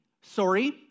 sorry